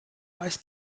weiß